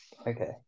okay